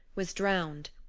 was drowned.